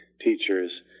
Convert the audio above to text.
teachers